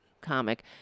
Comic